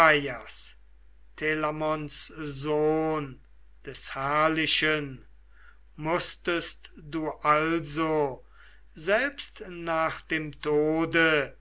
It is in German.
sohn des herrlichen mußtest du also selbst nach dem tode den